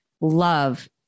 love